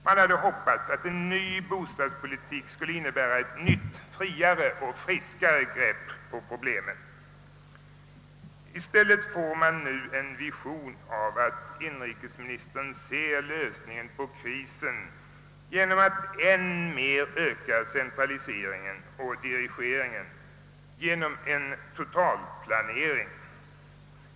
Man hade hoppats att en ny bostadspolitik skulle innebära ett nytt, friare och friskare grepp på problemet. I stället får man nu en vision av att inrikesministern ser lösningen på krisen i en än mer ökad centralisering och dirigering, i en totalplanering.